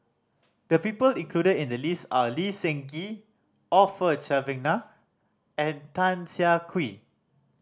the people included in the list are Lee Seng Gee Orfeur Cavenagh and Tan Siah Kwee